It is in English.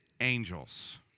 angels